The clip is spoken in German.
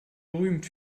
berühmt